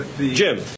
Jim